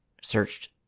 searched